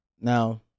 now